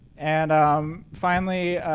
and um finally,